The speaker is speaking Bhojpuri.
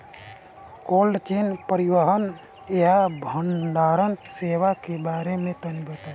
कोल्ड चेन परिवहन या भंडारण सेवाओं के बारे में तनी बताई?